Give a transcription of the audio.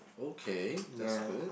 okay that's good